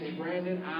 Brandon